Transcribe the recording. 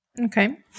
Okay